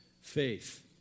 faith